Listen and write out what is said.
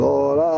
Lord